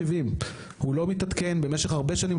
הוא לא מתעדכן במשך הרבה שנים,